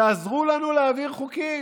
תעזרו לנו להעביר חוקים.